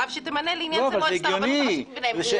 הרב שתמנה לעניין זה מועצת הרבנות הראשית מביניהם.